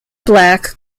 black